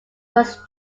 was